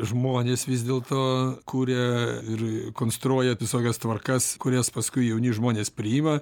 žmonės vis dėl to kuria ir konstruoja visokias tvarkas kurias paskui jauni žmonės priima